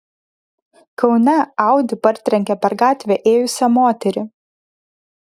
kaune audi partrenkė per gatvę ėjusią moterį